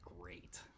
great